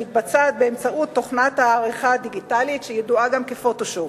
המתבצעת באמצעות תוכנת העריכה הדיגיטלית הידועה כ"פוטושופ".